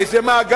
הרי זה מעגל.